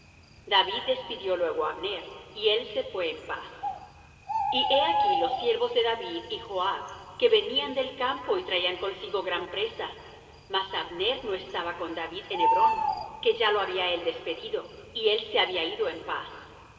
david despidió luego á abner y él se fué en paz y he aquí los siervos de david y joab que venían del campo y traían consigo gran presa mas abner no estaba con david en hebrón que ya lo había él despedido y él se había ido en paz